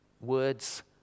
Words